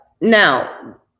now